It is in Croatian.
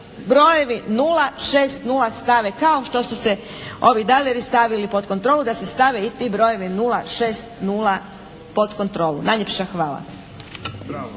brojevi 060 stave kao što su se ovi dajleri stavili pod kontrolu da se stave i ti brojevi 060 pod kontrolu. Najljepša hvala.